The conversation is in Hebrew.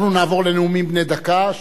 אנחנו נעבור לנאומים בני דקה,